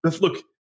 Look